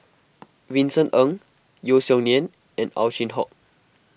Vincent Ng Yeo Song Nian and Ow Chin Hock